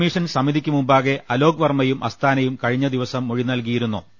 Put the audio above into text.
commission സമിതിയ്ക്ക് മുമ്പാകെ അലോക് വർമ്മയും അസ്താ നയും കഴിഞ്ഞ ദിവസം മൊഴി നൽകിയിരുന്നു